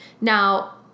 Now